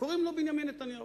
קוראים לו בנימין נתניהו.